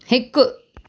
हिकु